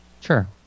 Sure